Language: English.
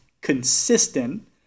consistent